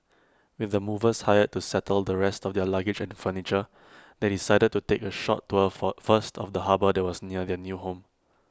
with the movers hired to settle the rest of their luggage and furniture they decided to take A short tour for first of the harbour that was near their new home